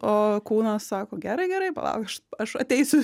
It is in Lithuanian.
o kūnas sako gerai gerai palauk aš aš ateisiu